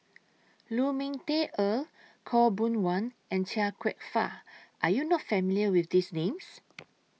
Lu Ming Teh Earl Khaw Boon Wan and Chia Kwek Fah Are YOU not familiar with These Names